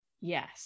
yes